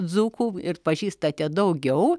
dzūkų ir pažįstate daugiau